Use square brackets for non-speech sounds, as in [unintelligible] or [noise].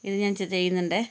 ഇത് ഞാൻ [unintelligible] ചെയ്യുന്നുണ്ട്